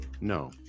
no